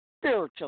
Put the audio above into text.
spiritual